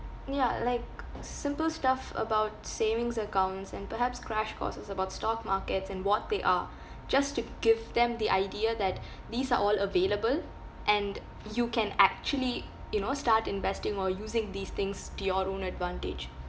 ya like simple stuff about savings accounts and perhaps crash courses about stock markets and what they are just to give them the idea that these are all available and you can actually you know start investing or using these things to your own advantage